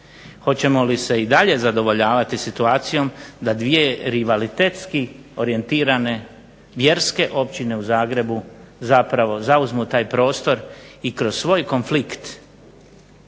hoćemo li se i dalje zadovoljavati sa situacijom da dvije rivalitetski orijentirane vjerske općine u Zagrebu zapravo zauzmu taj prostor i kroz svoj konflikt